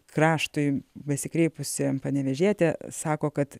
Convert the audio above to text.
kraštui besikreipusi panevėžietė sako kad